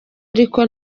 ariko